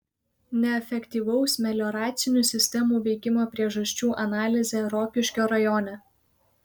neefektyvaus melioracinių sistemų veikimo priežasčių analizė rokiškio rajone